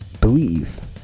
believe